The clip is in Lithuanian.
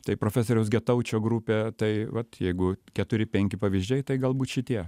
tai profesoriaus getaučio grupė tai vat jeigu keturi penki pavyzdžiai tai galbūt šitie